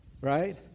Right